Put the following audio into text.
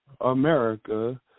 America